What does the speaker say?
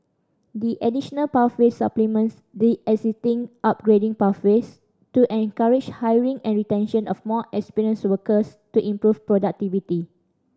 the additional pathway supplements the existing upgrading pathways to encourage hiring and retention of more experienced workers to improve productivity